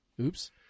Oops